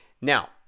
Now